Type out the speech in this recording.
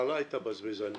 ההתחלה הייתה בזבזנית.